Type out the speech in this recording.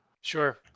Sure